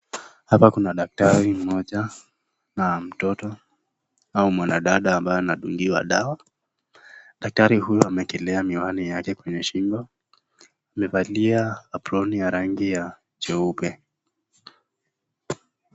Hapa kuna daktari mmoja na mtoto au mwanadada ambaye anadungiwa dawa . Daktari huyu amewekelea miwani yake kwenye shingo . Amevalia aproni ya rangi ya cheupe.